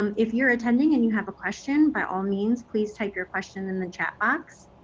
um if you're attending and you have a question, by all means, please type your question in the chat box.